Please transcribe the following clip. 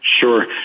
Sure